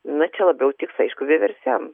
na čia labiau tiks aišku vieversiam